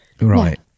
Right